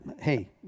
Hey